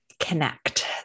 connect